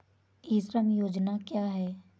ई श्रम योजना क्या है?